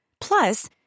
Plus